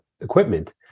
equipment